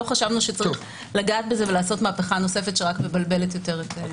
לא חשבנו שצריך לגעת בזה ולעשות מהפכה נוספת שרק מבלבלת יותר.